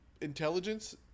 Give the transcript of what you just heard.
intelligence